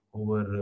over